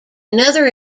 another